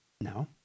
No